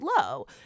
low